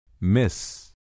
Miss